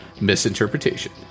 misinterpretation